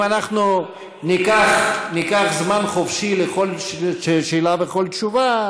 אם אנחנו ניקח זמן חופשי לכל שאלה ולכל תשובה,